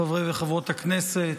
חברי וחברות הכנסת,